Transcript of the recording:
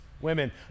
women